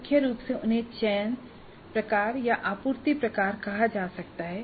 मुख्य रूप से उन्हें चयन प्रकार या आपूर्ति प्रकार कहा जा सकता है